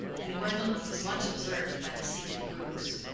and gwendolen was much observed by the seated groups.